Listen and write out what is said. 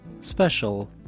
Special